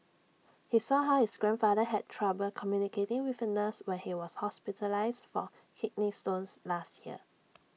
he saw how his grandfather had trouble communicating with A nurse when he was hospitalised for kidney stones last year